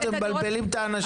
אתם מבלבלים את האנשים.